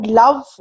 love